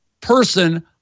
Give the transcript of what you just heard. person